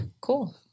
Cool